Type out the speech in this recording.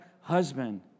husband